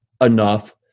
enough